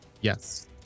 Yes